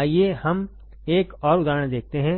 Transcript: आइए हम एक और उदाहरण देखते हैं